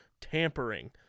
tampering